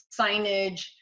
signage